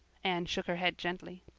anne shook her head gently.